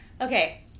Okay